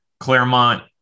Claremont